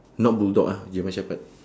not bulldog ah german shepherd